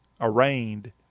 arraigned